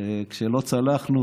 כשלא צלחנו,